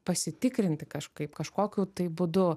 pasitikrinti kažkaip kažkokiu būdu